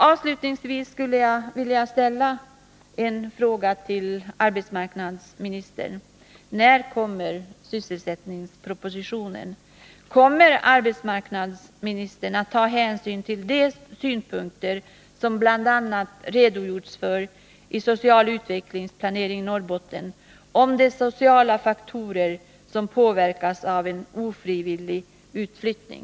Avslutningsvis skulle jag vilja fråga arbetsmarknadsministern: När kommer sysselsättningspropositionen? Kommer arbetsmarknadsministern att i den ta hänsyn till de synpunkter som bl.a. redogjorts för i Social utvecklingsplanering i Norrbotten och som avser de sociala faktorer som påverkas av en ofrivillig utflyttning?